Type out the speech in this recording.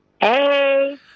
Hey